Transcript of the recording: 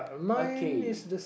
okay